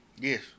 Yes